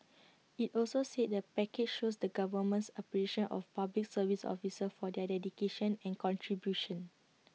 IT also said the package shows the government's appreciation of Public Service officers for their dedication and contribution